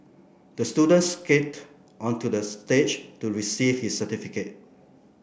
the student skated onto the stage to receive his certificate